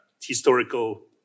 historical